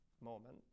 moment